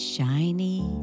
Shiny